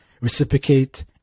reciprocate